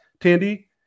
Tandy